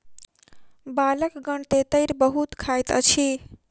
बालकगण तेतैर बहुत खाइत अछि